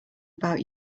about